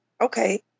okay